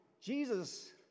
Jesus